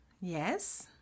Yes